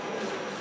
הקשר